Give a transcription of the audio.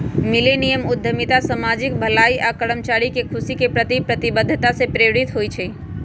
millennium उद्यमिता सामाजिक भलाई आऽ कर्मचारी के खुशी के प्रति प्रतिबद्धता से प्रेरित होइ छइ